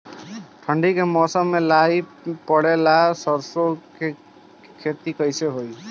ठंडी के मौसम में लाई पड़े ला सरसो के खेती कइसे होई?